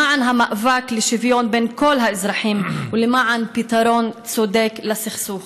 למען המאבק לשוויון בין כל האזרחים ולמען פתרון צודק לסכסוך.